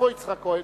איפה יצחק כהן?